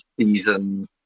season